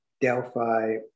Delphi